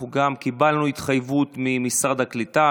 אנחנו גם קיבלנו התחייבות ממשרד הקליטה,